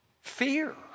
Fear